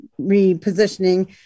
repositioning